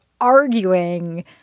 arguing